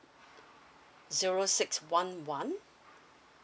zero six one one